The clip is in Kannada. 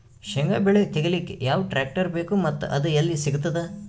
ಶೇಂಗಾ ಬೆಳೆ ತೆಗಿಲಿಕ್ ಯಾವ ಟ್ಟ್ರ್ಯಾಕ್ಟರ್ ಬೇಕು ಮತ್ತ ಅದು ಎಲ್ಲಿ ಸಿಗತದ?